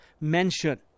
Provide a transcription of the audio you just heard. mention